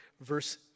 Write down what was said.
verse